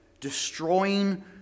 destroying